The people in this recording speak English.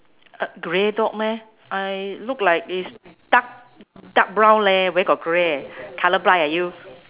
uh grey dot meh I look like is dark dark brown leh where got grey colour blind ah you